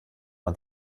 man